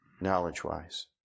knowledge-wise